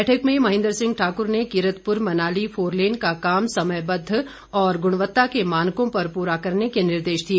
बैठक में महेन्द्र सिंह ठाकुर ने कीरतपुर मनाली फोरलेन का काम समयबद्ध और गुणवत्ता के मानकों पर पूरा करने के निर्देश दिए